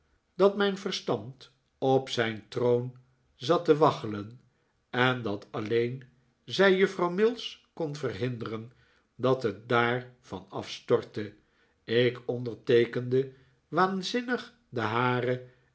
dat mijn verstand op zijn troon zat te waggelen en dat alleen zij juffrouw mills kon verhinderen dat het daar van afstortte ik onderteekende waanzinnig de hare